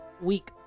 week